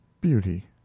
beauty